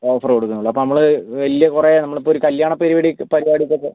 offer കൊടുക്കുന്നല്ലേ അപ്പോൾ നമ്മൾ വലിയ കുറെ നമ്മളിപ്പോൾ കല്യാണ പരിപാടി പരിപാടിക്കൊക്കെ